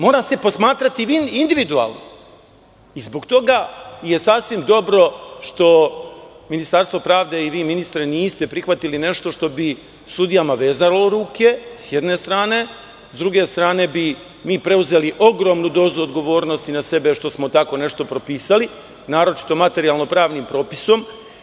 Mora se posmatrati individualno i zbog toga je sasvim dobro što Ministarstvo pravde i vi, ministre, niste prihvatili nešto što bi sudijama vezalo ruke, sa jedne strane, a sa druge strane bi mi preuzeli ogromnu dozu odgovornosti na sebe što smo tako nešto propisali, naročito materijalno-pravnim propisom.